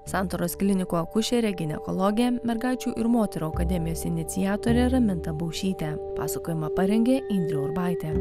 santaros klinikų akušerė ginekologė mergaičių ir moterų akademijos iniciatorė raminta baušytė pasakojimą parengė indrė urbaitė